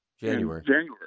January